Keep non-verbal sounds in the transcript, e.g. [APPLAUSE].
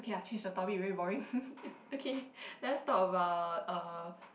okay lah change the topic very boring [LAUGHS] okay let's talk about err